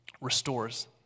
restores